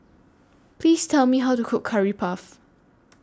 Please Tell Me How to Cook Curry Puff